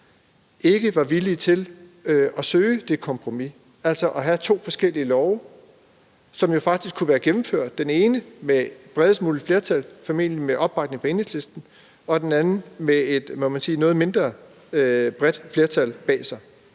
ikke var villige til at søge det kompromis, altså at have to forskellige lovforslag, som faktisk kunne være gennemført; det ene med bredest muligt flertal, formentlig med opbakning fra Enhedslisten, og det andet med et noget mindre bredt flertal bag sig.